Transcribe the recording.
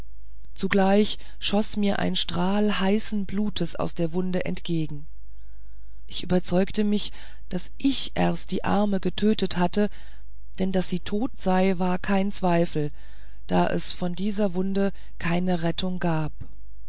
zugleich schoß mir ein strahl heißen blutes aus der wunde entgegen ich überzeugte mich daß ich erst die arme getötet hatte denn daß sie tot sei war kein zweifel da es von dieser wunde keine rettung gab